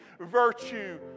Virtue